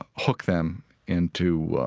ah hook them into,